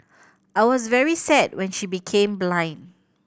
I was very sad when she became blind